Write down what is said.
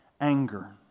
anger